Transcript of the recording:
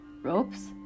Ropes